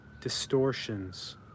distortions